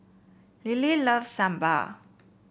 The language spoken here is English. Lilie loves Sambar